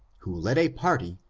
who led a party,